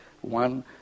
One